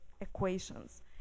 equations